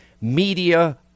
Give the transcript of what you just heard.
media